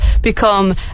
become